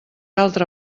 altra